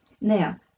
Now